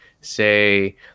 say